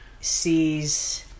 sees